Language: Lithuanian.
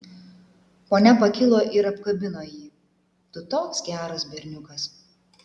ponia pakilo ir apkabino jį tu toks geras berniukas